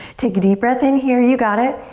take a deep breath in here, you got it.